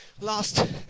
last